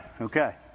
Okay